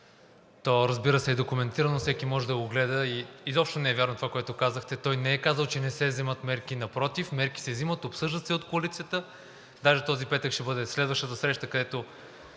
То, разбира се, е документирано, всеки може да го гледа и изобщо не е вярно това, което казахте. Той не е казал, че не се взимат мерки, напротив мерки се взимат, обсъждат се от коалицията, даже този петък ще бъде следващата среща, където